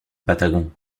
patagon